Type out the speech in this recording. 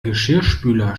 geschirrspüler